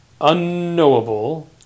unknowable